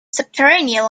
subterranean